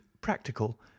practical